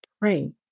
pray